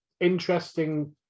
Interesting